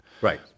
Right